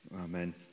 Amen